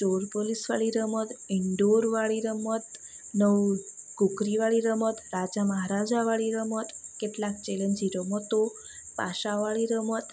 ચોર પોલીસવાળી રમત ઈનડોરવાળી રમત નવ કૂકરીવાળી રમત રાજા મહારાજાવાળી રમત કેટલાંક ચેલેનજી રમતો પાસાવાળી રમત